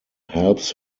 helps